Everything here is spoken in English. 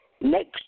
next